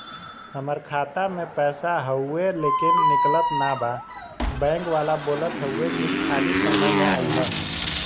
हमार खाता में पैसा हवुवे लेकिन निकलत ना बा बैंक वाला बोलत हऊवे की खाली समय में अईहा